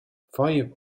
five